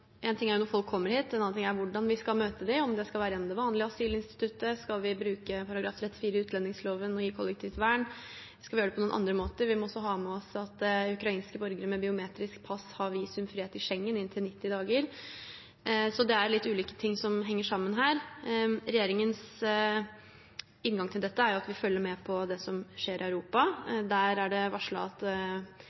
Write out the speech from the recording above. ting er når folk kommer hit, en annen ting er hvordan vi skal møte dem, om det skal være gjennom det vanlige asylinstituttet; skal vi bruke § 34 i utlendingsloven og gi kollektivt vern, skal vi gjøre det på andre måter? Vi må også ha med oss at ukrainske borgere med biometriske pass har visumfrihet i Schengen i inntil 90 dager. Så det er litt ulike ting som henger sammen her. Regjeringens inngang til dette er at vi følger med på det som skjer i Europa. Der er det varslet at